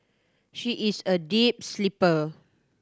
she is a deep sleeper